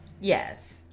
Yes